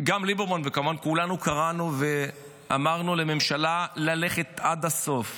גם ליברמן וכמובן כולנו קראנו ואמרנו לממשלה ללכת עד הסוף.